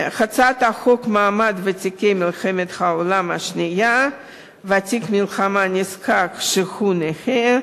הצעת חוק מעמד ותיקי מלחמת העולם השנייה (ותיק מלחמה נזקק שהוא נכה),